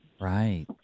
Right